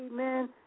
Amen